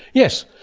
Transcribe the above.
yes.